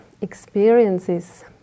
experiences